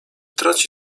traci